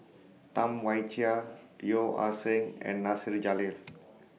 Tam Wai Jia Yeo Ah Seng and Nasir Jalil